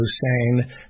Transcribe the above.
Hussein